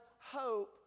hope